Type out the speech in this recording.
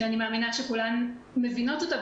שאני מאמינה שכולן מבינות אותו,